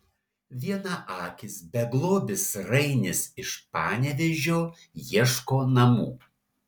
vienaakis beglobis rainis iš panevėžio ieško namų